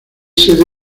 sede